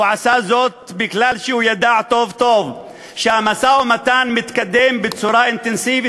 הוא עשה זאת כי הוא ידע טוב טוב שהמשא-ומתן מתקדם בצורה אינטנסיבית,